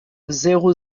zéro